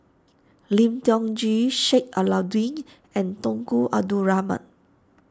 Lim Tiong Ghee Sheik Alau'ddin and Tunku Abdul Rahman